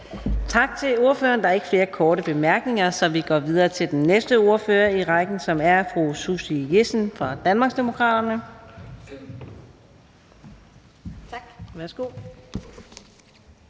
Tak til ordføreren. Der er ikke flere korte bemærkninger, så vi går videre til den næste ordfører i rækken, som er fru Susie Jessen fra Danmarksdemokraterne.